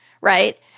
Right